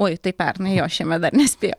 oi tai pernai jo šiemet dar nespėjau